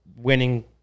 Winning